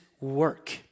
work